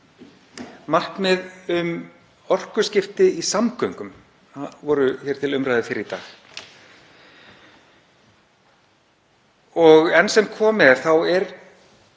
markmið um orkuskipti í samgöngum sem voru hér til umræðu fyrr í dag og enn sem komið er er